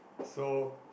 so